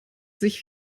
sich